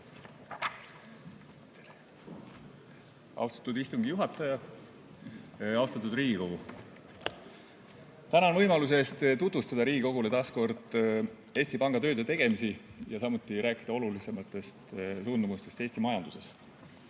Austatud istungi juhataja! Austatud Riigikogu! Tänan võimaluse eest tutvustada Riigikogule taas kord Eesti Panga tööd ja tegemisi ja samuti rääkida olulisematest suundumustest Eesti majanduses.